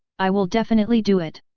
i will definitely do it!